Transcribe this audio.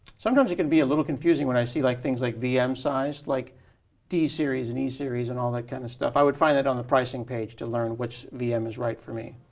sometimes it can be a little confusing when i see like things like vm size, like d series and e series, and all that kind of stuff. i would find it on the pricing page to learn which vm is right for me.